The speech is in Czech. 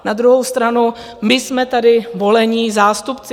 Na druhou stranu my jsme tady volení zástupci.